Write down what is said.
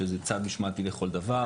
שזה צעד משמעתי לכל דבר.